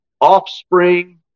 Offspring